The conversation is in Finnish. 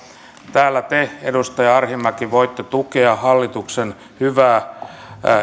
täällä te edustaja arhinmäki voitte tukea hallituksen hyvää